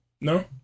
No